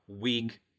week